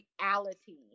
reality